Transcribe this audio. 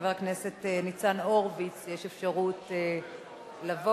לחבר הכנסת ניצן הורוביץ יש אפשרות לבוא